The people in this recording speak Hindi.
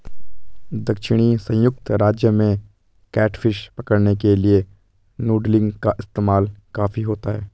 दक्षिणी संयुक्त राज्य में कैटफिश पकड़ने के लिए नूडलिंग का इस्तेमाल काफी होता है